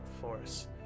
force